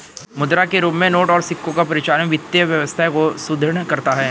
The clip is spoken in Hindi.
मुद्रा के रूप में नोट और सिक्कों का परिचालन वित्तीय व्यवस्था को सुदृढ़ करता है